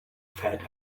fat